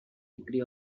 degree